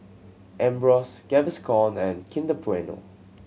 Ambros Gaviscon and Kinder Bueno